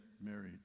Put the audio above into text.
married